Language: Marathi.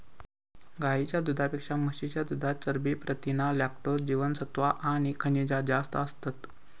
गाईच्या दुधापेक्षा म्हशीच्या दुधात चरबी, प्रथीना, लॅक्टोज, जीवनसत्त्वा आणि खनिजा जास्त असतत